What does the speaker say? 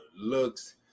looks